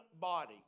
body